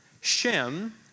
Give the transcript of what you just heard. Shem